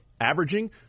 Averaging